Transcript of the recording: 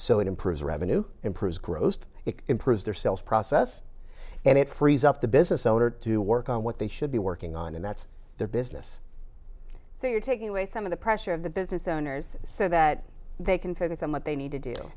it improves revenue improves grossed it improves their sales process and it frees up the business owner to work on what they should be working on and that's their business so you're taking away some of the pressure of the business owners so that they can focus on what they need to do